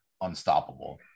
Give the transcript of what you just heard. unstoppable